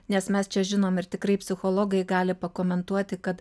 nes mes čia žinom ir tikrai psichologai gali pakomentuoti kad